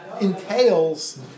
entails